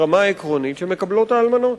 ברמה העקרונית, שמקבלות האלמנות.